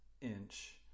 inch